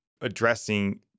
addressing